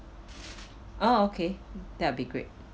oh okay that'll be great